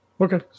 Okay